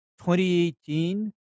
2018